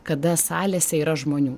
kada salėse yra žmonių